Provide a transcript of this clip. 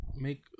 make